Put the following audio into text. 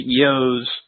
CEOs